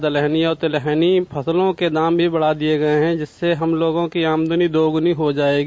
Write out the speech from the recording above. दलहनी और तिलहनी फसलों के दाम भी बढ़ा दिये गये हैं जिससे हम लोगों की आमदनी दोगुनी हो जायेगी